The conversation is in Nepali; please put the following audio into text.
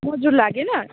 मजुर लागेन